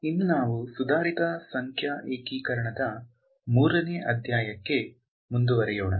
ಇನ್ನು ನಾವು ಸುಧಾರಿತ ಸಂಖ್ಯಾ ಏಕೀಕರಣದ ಮೂರನೇ ಅಧ್ಯಾಯಕ್ಕೆ ಮುಂದುವರೆಯೋಣ